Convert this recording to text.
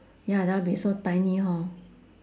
ya then I would be so tiny hor